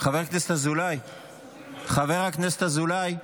חבר הכנסת אזולאי, חבר הכנסת אזולאי,